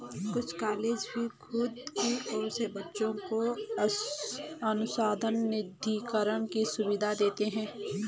कुछ कॉलेज भी खुद की ओर से बच्चों को अनुसंधान निधिकरण की सुविधाएं देते हैं